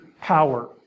power